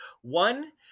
one